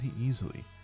easily